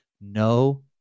no